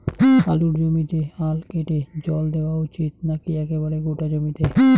আলুর জমিতে আল কেটে জল দেওয়া উচিৎ নাকি একেবারে গোটা জমিতে?